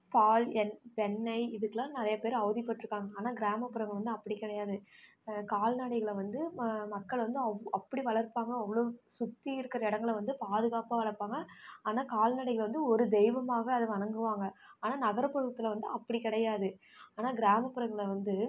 பால் எண் வெண்ணெய் இதுக்கெலாம் நிறையாப்பேரு அவதிபட்ருக்காங்க ஆனால் கிராமப்புறங்கள் வந்து அப்படி கிடையாது கால்நடைகளை வந்து மக்கள் வந்து அப் அப்படி வளர்ப்பாங்க அவ்வளோ சுற்றி இருக்கிற இடங்கள வந்து பாதுகாப்பாக வளர்ப்பாங்கள் ஆனால் கால்நடைகள் வந்து ஒரு தெய்வமாக அதை வணங்குவாங்க ஆனால் நகர்புறத்தில் வந்து அப்படி கிடையாது ஆனால் கிராமப்புறங்கள்ல வந்து